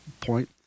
point